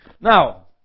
now